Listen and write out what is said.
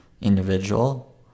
individual